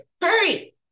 hurry